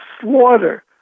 slaughter